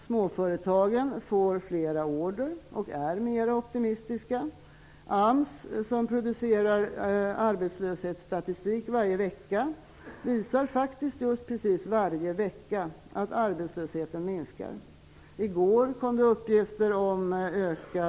Småföretagen får fler order, och man är mer optimistisk där. AMS, som producerar arbetslöshetsstatistik varje vecka, visar just varje vecka att arbetslösheten minskar. I i år.